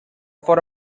for